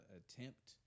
attempt